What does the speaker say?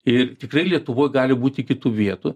ir tikrai lietuvoj gali būti kitų vietų